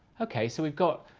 ok, so we've got,